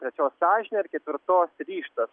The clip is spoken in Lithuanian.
trečios sąžinė ar ketvirtos ryžtas